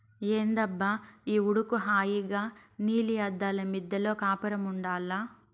ఏందబ్బా ఈ ఉడుకు హాయిగా నీలి అద్దాల మిద్దెలో కాపురముండాల్ల